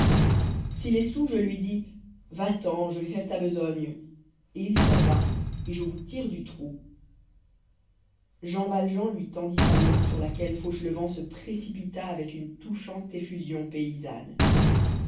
s'il est soûl je lui dis va-t'en je vais faire ta besogne il s'en va et je vous tire du trou jean valjean lui tendit sa main sur laquelle fauchelevent se précipita avec une touchante effusion paysanne